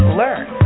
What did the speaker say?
learn